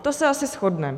To se asi shodneme.